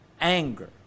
anger